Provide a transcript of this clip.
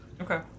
Okay